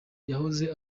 yahoze